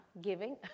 giving